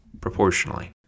Proportionally